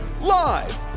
Live